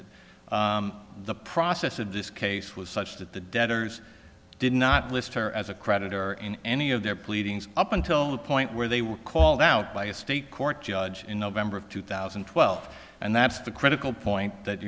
it the process of this case was such that the debtors did not list her as a creditor in any of their pleadings up until the point where they were called out by a state court judge in november of two thousand and twelve and that's the critical point that